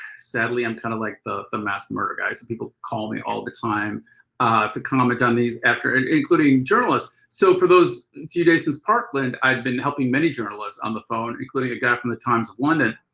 sadly i'm kind of like the the mass murderer guy. so people call me all the time to comment on these after and including journalists. so for those few days in parkland, i've been helping many journalists on the phone, including a guy from the times one. and